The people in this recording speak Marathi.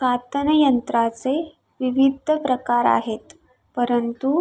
कातनयंत्राचे विविध प्रकार आहेत परंतु